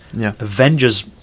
Avengers